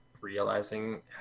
realizing